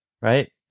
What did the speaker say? right